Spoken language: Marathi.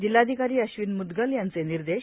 जिल्हाधिकारी अश्विन म्द्गल यांचे निर्देश